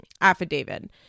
affidavit